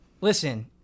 Listen